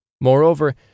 Moreover